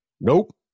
Nope